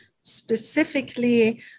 specifically